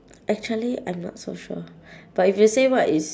actually I'm not so sure but if you say what is